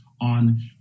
on